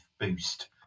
boost